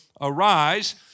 arise